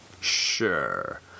Sure